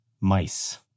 mice